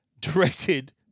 directed